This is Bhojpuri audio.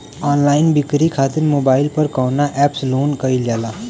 ऑनलाइन बिक्री खातिर मोबाइल पर कवना एप्स लोन कईल जाला?